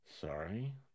Sorry